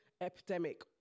epidemic